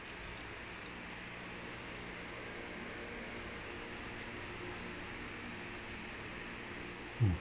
mm